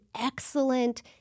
excellent